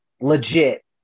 legit